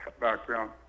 background